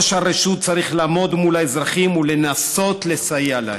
ראש הרשות צריך לעמוד מול האזרחים ולנסות לסייע להם.